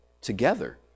Together